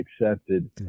accepted